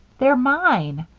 they're mine!